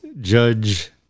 judge